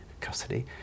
Custody